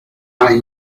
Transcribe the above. hay